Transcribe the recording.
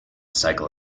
cycle